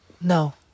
no